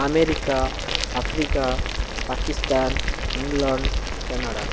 America Africa Pakistan England Canada